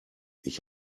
ich